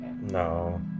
No